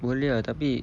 boleh ah tapi